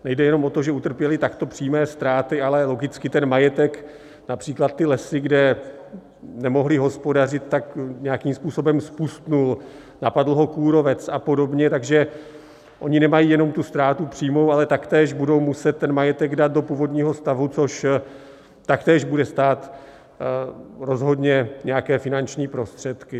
Nejde jenom o to, že utrpěli takto přímé ztráty, ale logicky ten majetek, například ty lesy, kde nemohli hospodařit, nějakým způsobem zpustl, napadl ho kůrovec a podobně, takže oni nemají jenom tu ztrátu přímou, ale taktéž budou muset ten majetek dát do původního stavu, což taktéž bude stát rozhodně nějaké finanční prostředky.